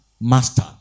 master